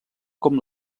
com